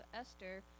Esther—